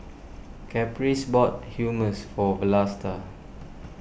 Caprice bought Hummus for Vlasta